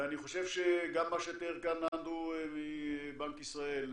אני חושב שגם מה שתיאר כאן אנדרו מבנק ישראל,